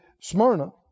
Smyrna